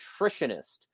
nutritionist